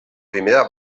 primera